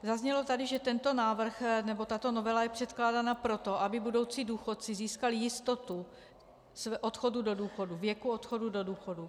Zaznělo tady, že tento návrh, nebo tato novela je předkládána proto, aby budoucí důchodci získali jistotu odchodu do důchodu, věku odchodu do důchodu.